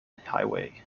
highway